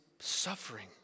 suffering